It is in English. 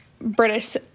British